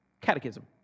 catechism